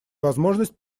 возможность